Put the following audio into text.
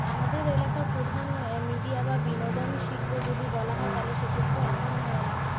আমাদের এলাকার প্রধান মিডিয়া বা বিনোদন শিল্প যদি বলা হয় তাহলে সেক্ষেত্রে এখন